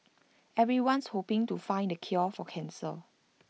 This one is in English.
everyone's hoping to find the cure for cancer